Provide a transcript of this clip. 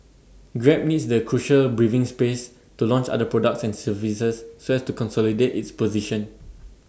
grab needs the crucial breathing space to launch other products and services so as to consolidate its position